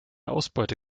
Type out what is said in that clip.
ausbeute